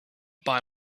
buy